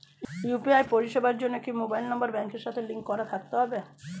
UPI পরিষেবার জন্য কি মোবাইল নাম্বার ব্যাংকের সাথে লিংক করা থাকতে হবে?